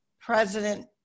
President